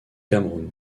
cameroun